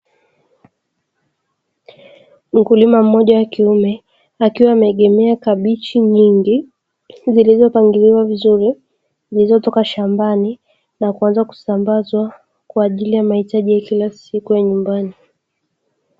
Mkulima mmoja wa kiume akiwa ameegemea kabichi nyingi, zilizopangiliwa vizuri, zilizotoka shambani na kuanza kusambazwa kwaajili ya mahitaji ya kila siku ya nyumbani.